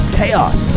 chaos